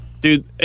Dude